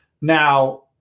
Now